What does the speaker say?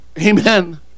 Amen